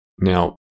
Now